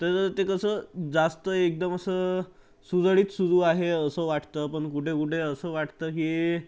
तर ते कसं जास्त एकदम असं सुरळीत सुरू आहे असं वाटतं पण कुठे कुठे असं वाटतं की